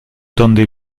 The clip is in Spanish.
donde